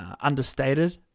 understated